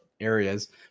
areas